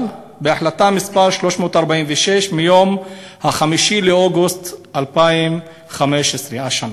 בהחלטה מס' 346 מיום 5 באוגוסט 2015 השנה,